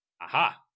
aha